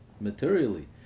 materially